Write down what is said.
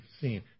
seen